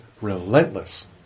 relentless